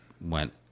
went